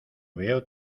veo